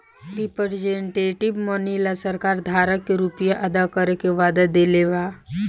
representative money ला सरकार धारक के रुपिया अदा करे के वादा देवे ला